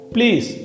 Please